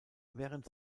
während